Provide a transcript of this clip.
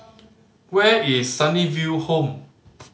where is Sunnyville Home